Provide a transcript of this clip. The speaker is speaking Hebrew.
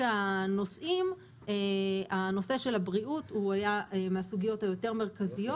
הנושא של הבריאות היה מהסוגיות היותר מרכזיות.